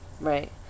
Right